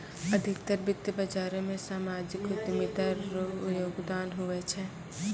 अधिकतर वित्त बाजारो मे सामाजिक उद्यमिता रो योगदान हुवै छै